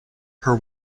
her